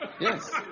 Yes